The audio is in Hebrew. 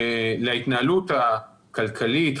להתנהלות הכלכלית,